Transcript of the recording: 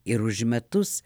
ir už metus